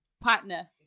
partner